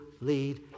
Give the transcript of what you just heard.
lead